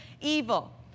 evil